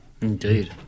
Indeed